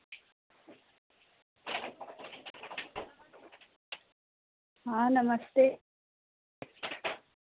हाँ नमस्ते